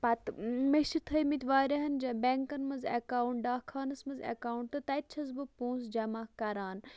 پَتہٕ مےٚ چھِ تھٲے مٕتۍ واریاہن بیکَن منٛز ایکَاوُنٹ ڈاک کھانَس منٛز ایکَاوُنٹ تہٕ تَتہِ چھس بہٕ پونسہٕ جمع کران